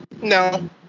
No